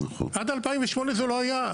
עד 2008 זה לא היה.